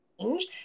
change